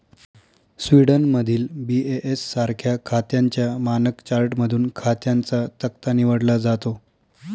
स्वीडनमधील बी.ए.एस सारख्या खात्यांच्या मानक चार्टमधून खात्यांचा तक्ता निवडला जातो